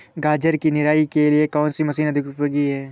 गाजर की निराई के लिए कौन सी मशीन अधिक उपयोगी है?